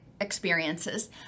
experiences